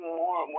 more